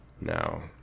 now